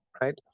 right